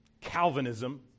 calvinism